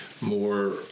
more